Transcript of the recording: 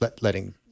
letting